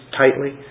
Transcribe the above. tightly